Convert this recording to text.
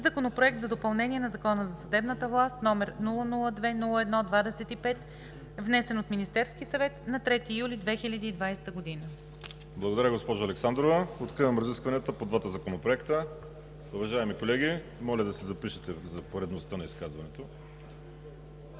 Законопроект за допълнение на Закона за съдебната власт, № 002-01-25, внесен от Министерския съвет на 3 юли 2020 г.“ ПРЕДСЕДАТЕЛ ВАЛЕРИ СИМЕОНОВ: Благодаря, госпожо Александрова. Откривам разискванията по двата законопроекта. Уважаеми колеги, моля да се запишете за поредността на изказването.